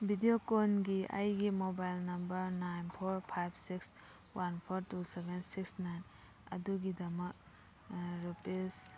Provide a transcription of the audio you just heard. video ꯀꯣꯜꯒꯤ ꯑꯩꯒꯤ mobile number nine four five six one four two seven six nine ꯑꯗꯨꯒꯤꯗꯃꯛ rupees